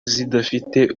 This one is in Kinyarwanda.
zidafite